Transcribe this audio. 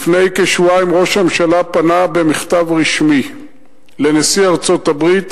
לפני כשבועיים ראש הממשלה פנה במכתב רשמי אל נשיא ארצות-הברית,